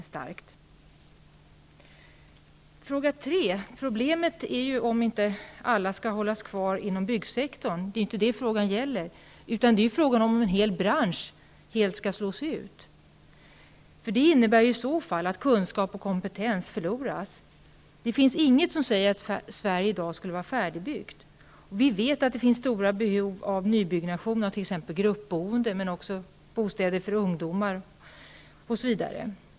I svaret på fråga 3 sägs att det inte är önskvärt att alla som nu blivit arbetslösa hålls kvar inom byggbranschen. Men det är ju inte det frågan gäller; frågan är om en hel bransch helt skall slås ut. Det innebär i så fall att kunskap och kompetens förloras. Det finns inget som säger att Sverige i dag skulle vara färdigbyggt. Vi vet att det finns stora behov av nybyggnation för t.ex. gruppboende men också av bostäder för ungdomar, osv.